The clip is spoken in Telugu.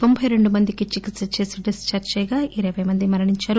తొంభై రెండు మందికి చికిత్స చేసి డిస్ చార్డ్ చేయగా ఇరవై మంది మరణించారు